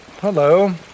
Hello